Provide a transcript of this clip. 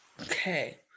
Okay